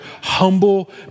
humble